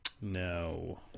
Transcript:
No